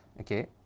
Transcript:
okay